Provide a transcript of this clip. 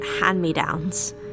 hand-me-downs